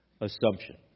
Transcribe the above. assumption